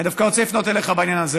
אני רוצה לפנות דווקא אליך בעניין הזה.